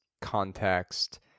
context